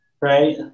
Right